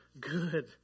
good